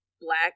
black